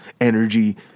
energy